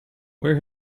where